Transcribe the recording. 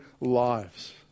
lives